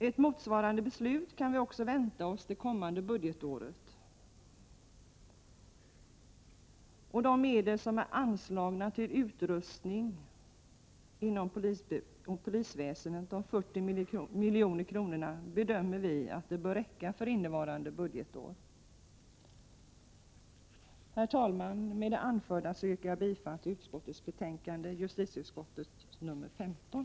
Ett motsvarande beslut kan vi också vänta oss för det kommande budgetåret. De medel som är anslagna till utrustning inom polisväsendet, 40 milj.kr., bedömer vi bör räcka för innevarande budgetår. Herr talman! Med det anförda yrkar jag bifall till hemställan i justitieutskottets betänkande nr 15.